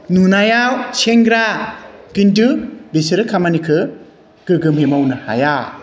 नुनायाव सेंग्रा किन्तु बिसोरो खामानिखौ गोग्गोमै मावनो हाया